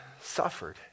suffered